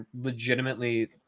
legitimately